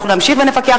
אנחנו נמשיך ונפקח,